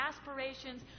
aspirations